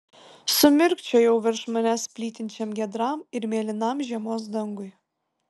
sumirkčiojau virš manęs plytinčiam giedram ir mėlynam žiemos dangui